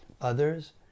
Others